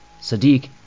Sadiq